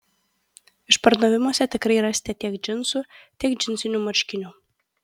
išpardavimuose tikrai rasite tiek džinsų tiek džinsinių marškinių